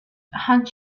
hand